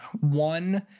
one